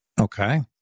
Okay